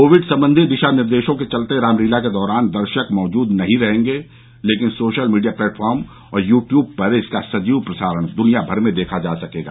Covid संबंधी दिशा निर्देशों के चलते रामलीला के दौरान दर्शक मौजूद नहीं रहेंगे लेकिन सोशल मीडिया प्लेटफॉर्म और युट्युब पर इसका सजीव प्रसारण दुनिया भर में देखा जा सकेगा